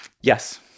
Yes